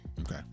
Okay